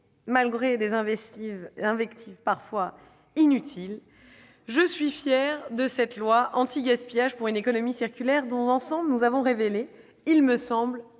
malgré des invectives inutiles, je suis fière de ce texte anti-gaspillage pour une économie circulaire, dont, ensemble, nous avons révélé tout le